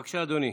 בבקשה, אדוני.